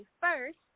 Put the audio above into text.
first